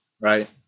right